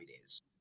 days